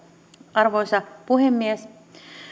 arvoisa puhemies